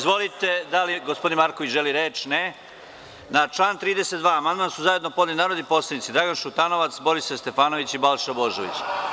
Da li neko želi reč? (Ne) Na član 32. amandman su zajedno podneli narodni poslanici Dragan Šutanovac, Borislav Stefanović i Balša Božović.